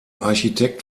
architekt